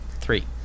three